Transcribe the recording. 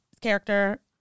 character